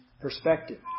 perspective